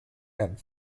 and